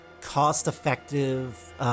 cost-effective